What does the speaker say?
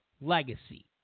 legacy